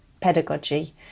Pedagogy